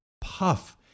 puff